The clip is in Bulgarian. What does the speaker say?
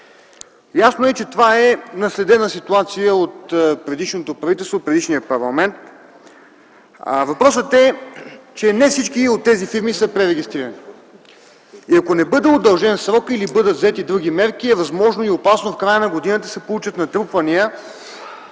България. Това е наследена ситуация от предишното правителство, от предишния парламент. Въпросът е, че не всички от тези фирми са пререгистрирани. Ако срокът не бъде удължен или не бъдат взети други мерки, възможно е и е опасно в края на годината да се получат натрупвания,